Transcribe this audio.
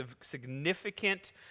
significant